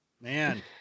man